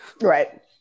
Right